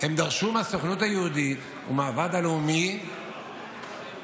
הן דרשו מהסוכנות היהודית ומהוועד הלאומי שיביאו